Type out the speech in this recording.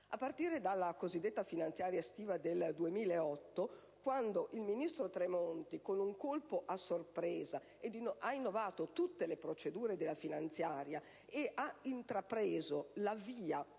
A partire dalla cosiddetta finanziaria estiva del 2008, quando il ministro Tremonti, con un colpo a sorpresa, ha innovato tutte le procedure della finanziaria e ha intrapreso la via